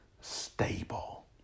stable